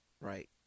Right